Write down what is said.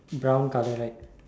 brown color right